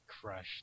crushed